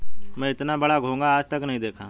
मैंने इतना बड़ा घोंघा आज तक नही देखा है